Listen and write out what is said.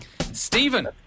Stephen